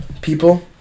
people